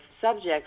subjects